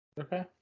Okay